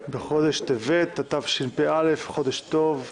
בחודש טבת התשפ"א, חודש טוב,